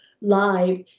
live